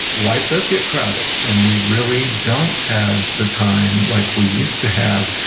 life does get crowded, and we really don't have the time like we used to have,